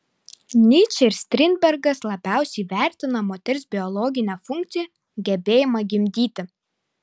nyčė ir strindbergas labiausiai vertina moters biologinę funkciją gebėjimą gimdyti